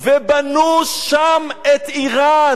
ובנו שם את אירן.